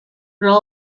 però